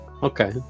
Okay